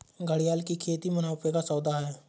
घड़ियाल की खेती मुनाफे का सौदा है